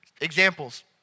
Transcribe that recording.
Examples